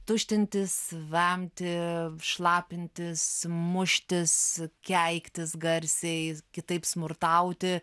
tuštintis vemti šlapintis muštis keiktis garsiai kitaip smurtauti